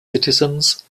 citizens